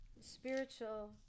spiritual